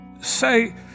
say